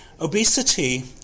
Obesity